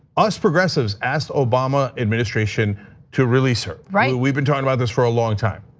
us progressives asked obama administration to release her. right. we've been talking about this for a long time.